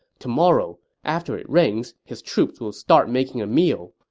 tomorrow, after it rains, his troops will start making a meal.